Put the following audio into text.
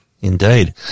Indeed